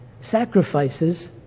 sacrifices